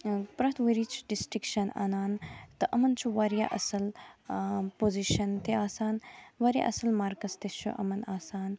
پرٛٮ۪تھ ؤری چھِ ڈِسٹٕنگشٮ۪ن اَنان تہٕ یِمن چھُ واریاہ اصل پوزِشَن تہِ آسان واریاہ اصل مارکٕس تہِ چھِ یِمن آسان